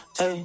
hey